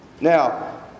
Now